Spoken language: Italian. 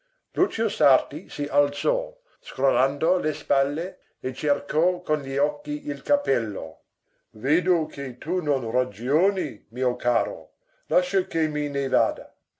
lucio sarti si alzò scrollando le spalle e cercò con gli occhi il cappello vedo che tu non ragioni mio caro lascia che me ne vada